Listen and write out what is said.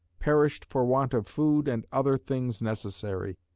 perished for want of food and other things necessary.